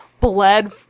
bled